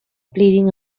bleeding